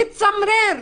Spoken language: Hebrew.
מצמרר,